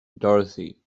dorothy